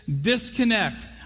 disconnect